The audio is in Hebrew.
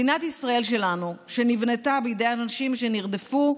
מדינת ישראל שלנו, שנבנתה בידי אנשים שנרדפו,